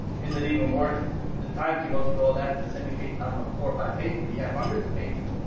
is it even worth the time to go through all that to syndicate? i don't know, four or five pages, if you have hundreds of pages,